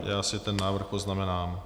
Ano, já si ten návrh poznamenám.